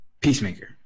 Peacemaker